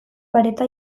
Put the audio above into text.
pareta